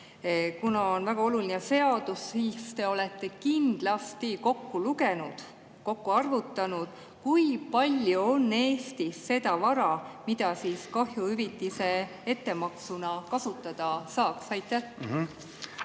Kuna see on väga oluline seadus, siis te olete kindlasti kokku lugenud, kokku arvutanud, kui palju on Eestis seda vara, mida kahjuhüvitise ettemaksuna kasutada saaks. Aitäh,